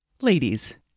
Ladies